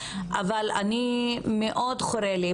אבל מאוד חורה לי.